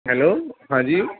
hello ہاں جی